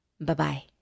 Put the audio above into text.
Bye-bye